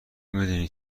میدونی